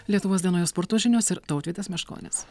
lietuvos dienoje sporto žinios ir tautvydas meškonis